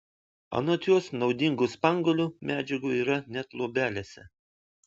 anot jos naudingų spanguolių medžiagų yra net luobelėse